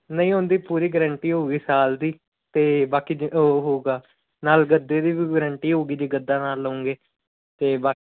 ਨਹੀਂ ਉਹਦੀ ਪੂਰੀ ਗਰੰਟੀ ਹੋਏਗੀ ਦੋ ਸਾਲ ਦੀ ਅਤੇ ਬਾਕੀ ਉਹ ਹੋਵੇਗਾ ਨਾਲ ਗੱਦੇ ਦੀ ਵੀ ਵਰੰਟੀ ਹੋਵੇਗੀ ਜੇ ਗੱਦਾ ਨਾਲ ਲਉਂਗੇ ਅਤੇ ਬਾਕੀ